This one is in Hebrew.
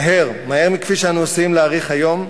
מהר, מהר מכפי שאנו עשויים להעריך היום,